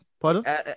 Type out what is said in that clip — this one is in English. Pardon